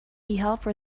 helper